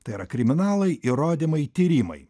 tai yra kriminalai įrodymai tyrimai